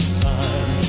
time